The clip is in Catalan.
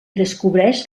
descobreix